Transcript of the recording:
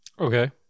Okay